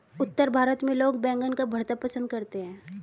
उत्तर भारत में लोग बैंगन का भरता पंसद करते हैं